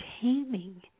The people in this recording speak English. taming